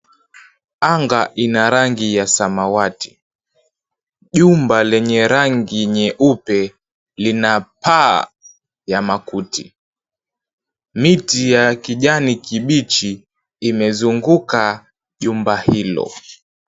Anga ina rangi ya samawati. Jumba lenye rangi nyeupe lina paa ya makuti ya. Miti ya kijani kibichi imezunguka jumba hilo.